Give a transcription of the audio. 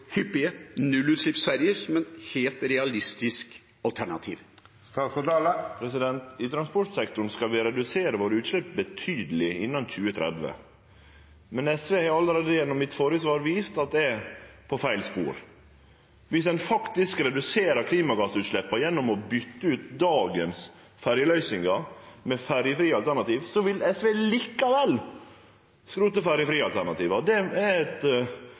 transportsektoren skal vi redusere utsleppa betydeleg innan 2030, men SV har eg allereie gjennom mitt førre svar vist er på feil spor. Viss ein faktisk reduserer klimagassutsleppa gjennom å byte ut dagens ferjeløysingar med ferjefrie alternativ, vil SV likevel skrote ferjefri-alternativa. Det er eit blindspor, og det